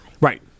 Right